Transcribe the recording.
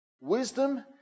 Wisdom